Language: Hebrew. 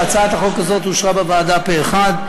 הצעת החוק הזאת אושרה בוועדה פה אחד.